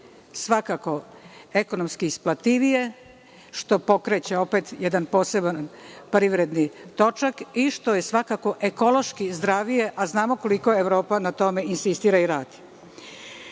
svako ekonomski isplativije, što pokreće jedan poseban privredni točak i što je svakako ekološki zdravije, a znamo koliko Evropa na tome insistira i radi. Ovako